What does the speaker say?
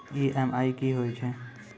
EMI कि होय छै?